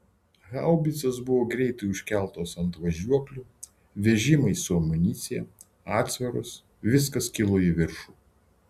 haubicos buvo greitai užkeltos ant važiuoklių vežimai su amunicija atsvaros viskas kilo į viršų